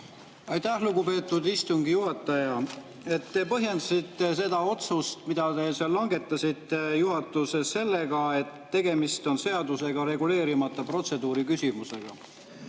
Aitäh, lugupeetud istungi juhataja! Te põhjendasite seda otsust, mille te langetasite juhatuses, sellega, et tegemist on seadusega reguleerimata protseduuriküsimusega.